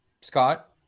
Scott